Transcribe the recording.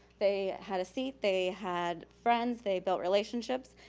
they had a seat, they had friends, they built relationships,